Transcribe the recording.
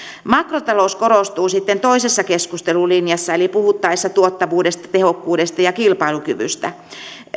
makrotalous korostuu sitten toisessa keskustelulinjassa eli puhuttaessa tuottavuudesta tehokkuudesta ja kilpailukyvystä